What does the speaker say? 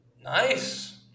Nice